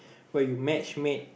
where you matchmade